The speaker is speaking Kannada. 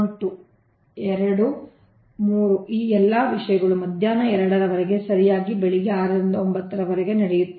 2 ಎರಡು 3 ಈ ಎಲ್ಲಾ ವಿಷಯಗಳು ಮಧ್ಯಾಹ್ನ 2 ರವರೆಗೆ ಸರಿಯಾಗಿ ಬೆಳಿಗ್ಗೆ 6 ರಿಂದ 9 ರವರೆಗೆ ನಡೆಯುತ್ತವೆ